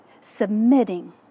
submitting